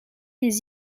des